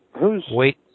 wait